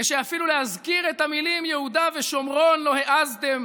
כשאפילו את המילים "יהודה ושומרון" לא העזתם